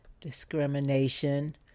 discrimination